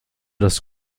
das